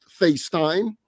FaceTime